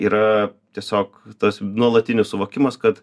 yra tiesiog tas nuolatinis suvokimas kad